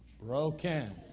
broken